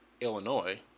Illinois